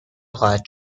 خواهد